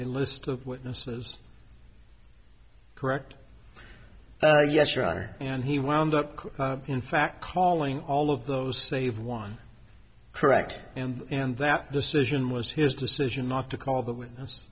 in list of witnesses correct yes roger and he wound up in fact calling all of those save one correct and and that decision was his decision not to call that witness